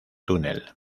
túnel